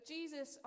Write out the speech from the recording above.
Jesus